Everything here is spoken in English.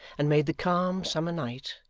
and made the calm summer night,